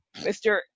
Mr